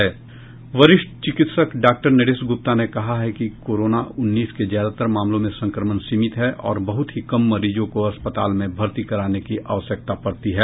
वरिष्ठ चिकित्सक डॉक्टर नरेश ग्रप्ता ने कहा कि कोविड उन्नीस के ज्यादतर मामलों में संक्रमण सीमित है और बहुत ही कम मरीजों को अस्पतालों में भर्ती कराने की आवश्यकता पडती है